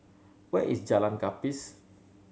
where is Jalan Gapis